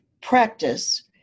practice